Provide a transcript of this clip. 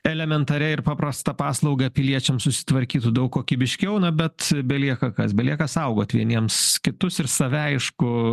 elementaria ir paprasta paslauga piliečiams susitvarkytų daug kokybiškiau na bet belieka kas belieka saugoti vieniems kitus ir save aišku